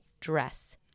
dress